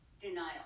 denial